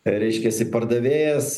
reiškiasi pardavėjas